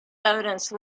evidence